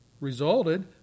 resulted